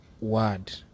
word